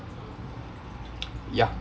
ya